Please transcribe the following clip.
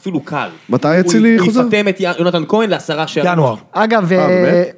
‫אפילו קל. ‫-מתי אצילי יחזור? ‫ הוא יפטם את יונתן כהן ‫ל-10 שערים... -ינואר. - אה, באמת?